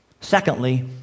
Secondly